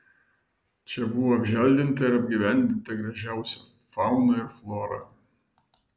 čia buvo apželdinta ir apgyvendinta gražiausia fauna ir flora